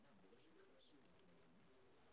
כדי לסיים את 2020 לקראת התקציב הבא.